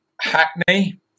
Hackney